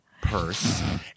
purse